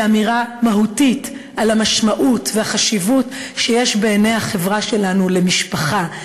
זו אמירה מהותית על המשמעות והחשיבות שיש בעיני החברה שלנו למשפחה,